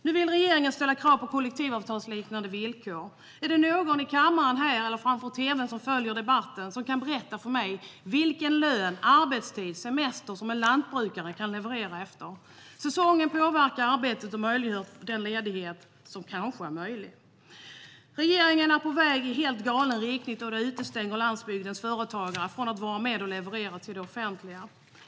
Nu vill regeringen ställa krav på kollektivavtalsliknande villkor. Är det någon i kammaren här eller som följer debatten framför tv:n som kan berätta för mig vilken lön, arbetstid och semester som en lantbrukare kan leverera efter? Säsongen påverkar arbetet och den ledighet som kanske är möjlig. Regeringen är på väg i helt galen riktning då detta utestänger landsbygdens företagare från att vara med och leverera till det offentliga.